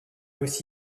aussi